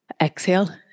Exhale